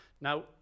now